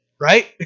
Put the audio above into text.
right